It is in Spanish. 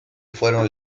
fueron